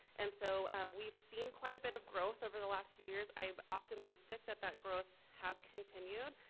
and so we've seen quite a bit of growth over the last few years. i am optimistic that that growth has continued.